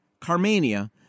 Carmania